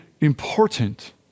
important